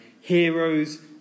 Heroes